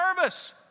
service